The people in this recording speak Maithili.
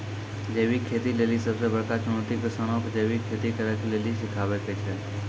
जैविक खेती लेली सबसे बड़का चुनौती किसानो के जैविक खेती करे के लेली सिखाबै के छै